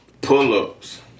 pull-ups